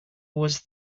was